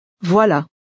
Voilà